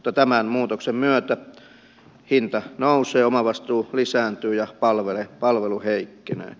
tämän muutoksen myötä hinta nousee omavastuu lisääntyy ja palvelu heikkenee